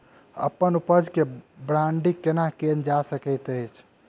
अप्पन उपज केँ ब्रांडिंग केना कैल जा सकैत अछि?